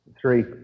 three